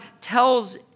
tells